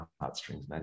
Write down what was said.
heartstrings